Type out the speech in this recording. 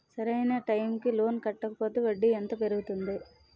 సరి అయినా టైం కి లోన్ కట్టకపోతే వడ్డీ ఎంత పెరుగుతుంది?